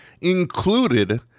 included